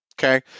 okay